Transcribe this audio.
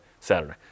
Saturday